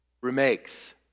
remakes